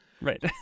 right